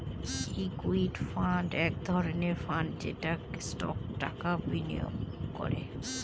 equity fund এক ধরনের fund যেটা স্টকে টাকা বিনিয়োগ করে